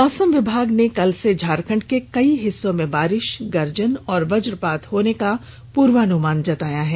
मौसम विभाग ने कल से झारखंड के कई हिस्सों में बारिश गर्जन और वजपात होने का पूर्वानुमान जताया है